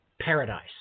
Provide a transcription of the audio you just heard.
paradise